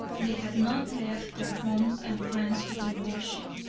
they had not left their homes and friends to be worshiped,